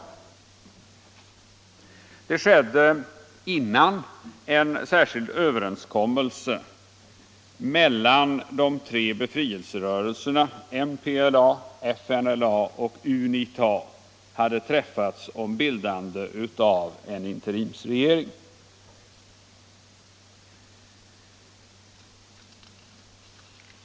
Det skedde innan en särskild överenskommelse mellan de tre befrielserörelserna MPLA, FNLA och UNITA hade träffats om bildande av en interimsregering.